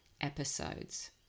episodes